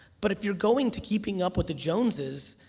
but if you're going to keeping up with the joneses,